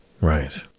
Right